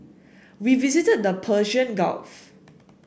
we visited the Persian Gulf